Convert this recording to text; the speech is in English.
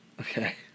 Okay